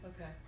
Okay